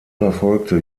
verfolgte